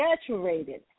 saturated